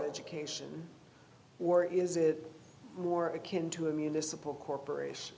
education or is it more akin to a municipal corporation